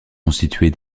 constituée